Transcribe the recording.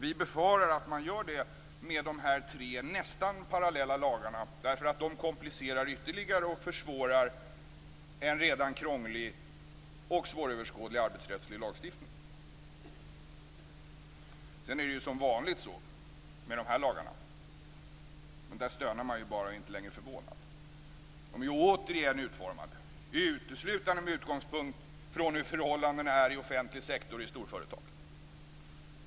Vi befarar att man gör det med de här tre nästan parallella lagarna, för de komplicerar och försvårar ytterligare en redan krånglig och svåröverskådlig arbetsrättslig lagstiftning. För det fjärde är det som vanligt så med de här lagarna - men där stönar man bara och är inte längre förvånad - att de återigen uteslutande är utformade med utgångspunkt från hur förhållandena är i offentlig sektor och i storföretag.